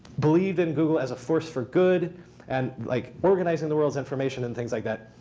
believe in google as a force for good and like organizing the world's information and things like that.